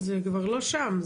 זה כבר לא שם,